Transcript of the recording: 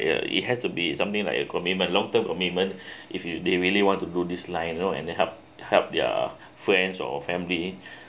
ya it has to be something like a commitment long term commitment if you they really want to do this line lor and then help help their friends or family